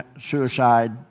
suicide